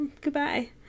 Goodbye